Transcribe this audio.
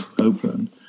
open